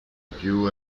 più